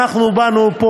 אנחנו באנו,